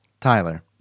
Tyler